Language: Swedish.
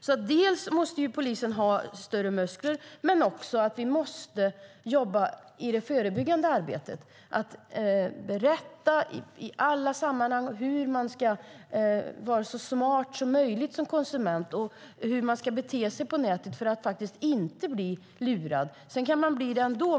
Polisen måste ha större muskler, men vi måste också jobba förebyggande med att i alla sammanhang berätta hur man ska vara så smart som möjligt som konsument och hur man ska bete sig på nätet för att inte bli lurad. Sedan kan man bli det ändå.